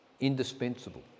indispensable